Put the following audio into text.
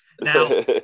Now